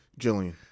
Jillian